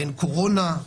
אין קורונה,